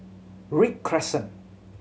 Read Crescent